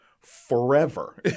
Forever